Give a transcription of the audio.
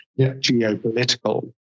geopolitical